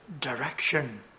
direction